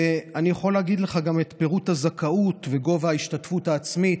ואני יכול להגיד לך גם את פירוט הזכאות וגובה ההשתתפות העצמית,